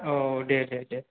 औ दे दे दे